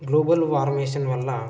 global warming వల్ల